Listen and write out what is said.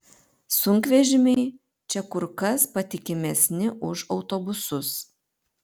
sunkvežimiai čia kur kas patikimesni už autobusus